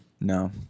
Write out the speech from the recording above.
No